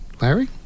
Larry